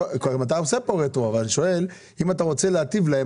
אתה עושה כאן רטרואקטיבית אבל אני שואל אם אתה רוצה להיטיב איתם,